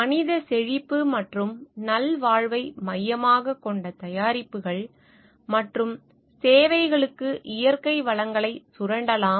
மனித செழிப்பு மற்றும் நல்வாழ்வை மையமாகக் கொண்ட தயாரிப்புகள் மற்றும் சேவைகளுக்கு இயற்கை வளங்களை சுரண்டலாம்